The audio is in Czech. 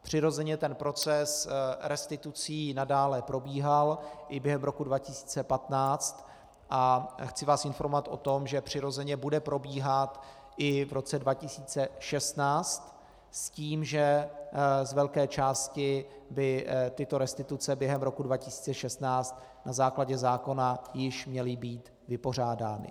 Přirozeně ten proces restitucí nadále probíhal i během roku 2015 a chci vás informovat o tom, že přirozeně bude probíhat i v roce 2016 s tím, že z velké části by tyto restituce během roku 2016 na základě zákona již měly být vypořádány.